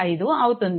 5 అవుతుంది